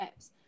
apps